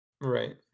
Right